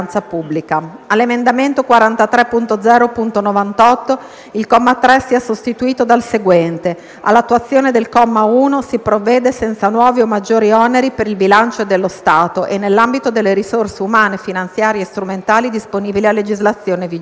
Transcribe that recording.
all'emendamento 43.0.98, il comma 3 sia sostituito dal seguente: "All'attuazione del comma 1 si provvede senza nuovi o maggiori oneri per il bilancio dello Stato e nell'ambito delle risorse umane, finanziarie e strumentali disponibili a legislazione vigente.";